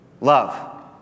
love